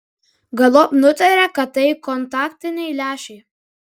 galop nutarė kad tai kontaktiniai lęšiai